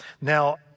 Now